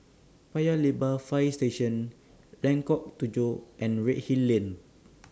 Paya Lebar Fire Station Lengkok Tujoh and Redhill Lane